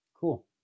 Cool